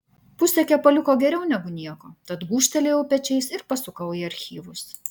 pusė kepaliuko geriau negu nieko tad gūžtelėjau pečiais ir pasukau į archyvus